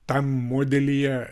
tam modelyje